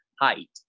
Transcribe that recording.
height